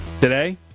Today